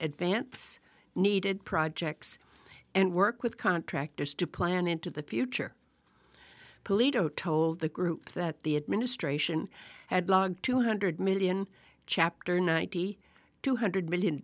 advance needed projects and work with contractors to plan into the future police told the group that the administration had logged two hundred million chapter ninety two hundred million